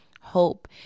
hope